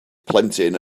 plentyn